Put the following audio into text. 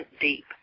deep